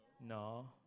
No